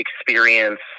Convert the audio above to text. experience